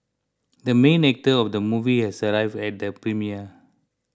the main actor of the movie has arrived at the premiere